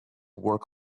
work